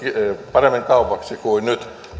paremmin kaupaksi kuin nyt